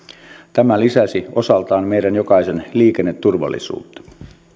tämä lisäsi osaltaan meidän jokaisen liikenneturvallisuutta